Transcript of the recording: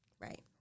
Right